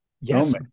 Yes